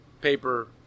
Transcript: paper